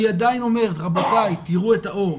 אני עדיין אומר, רבותיי, תראו את האור.